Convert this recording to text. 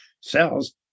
cells